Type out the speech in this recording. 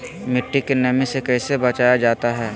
मट्टी के नमी से कैसे बचाया जाता हैं?